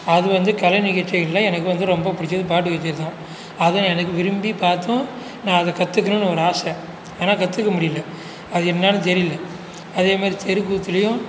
அது வந்து கலைநிகழ்ச்சிகளில் எனக்கு ரொம்ப பிடிச்சது பட்டு கச்சேரி தான் அது எனக்கு விரும்பி பார்த்தும் நான் அதை கற்றுக்கணும்னு ஒரு ஆசை ஆனால் கற்றுக்க முடியல அது என்னென்னு தெரியலை அதேமாதிரி தெருக்கூத்துலேயும்